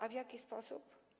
A w jaki sposób?